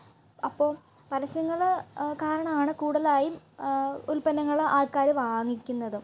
അപ്പോൾ പരസ്യങ്ങൾ കാരണം ആണ് കൂടുതലായി ഉൽപന്നങ്ങൾ ആൾക്കാർ വാങ്ങിക്കുന്നത്